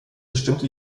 bestimmte